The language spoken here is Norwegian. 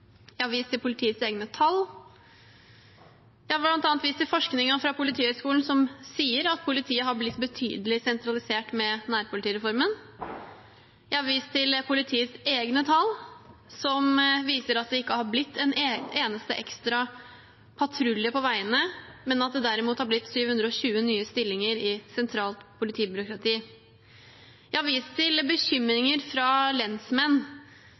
Jeg har vist til politiets egne tall. Jeg har bl.a. vist til forskningen fra Politihøgskolen som sier at politiet har blitt betydelig sentralisert med nærpolitireformen. Jeg har vist til politiets egne tall, som viser at det ikke har blitt en eneste ekstra patrulje på veiene, men at det derimot har blitt 720 nye stillinger i sentralt politibyråkrati. Jeg har vist til bekymringer fra lensmenn